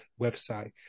website